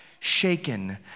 shaken